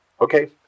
Okay